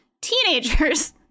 Teenagers